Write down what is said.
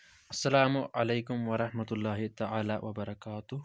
السلام علیکم ورحمُلا اللہ تعالیٰ وبرکاتہ